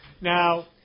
Now